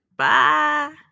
Bye